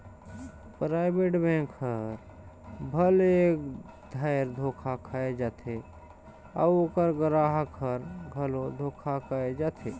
private bank हर भले एक धाएर धोखा खाए जाथे अउ ओकर गराहक हर घलो धोखा खाए जाथे